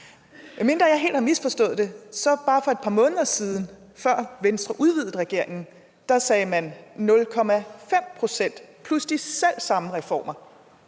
Medmindre jeg helt har misforstået det, var det sådan for få måneder siden, før Venstre udvidede regeringen, at man sagde 0,5 pct. plus de selv samme reformer.